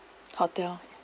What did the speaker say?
hotel